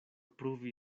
pruvi